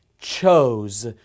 chose